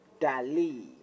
Dali